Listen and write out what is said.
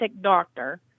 doctor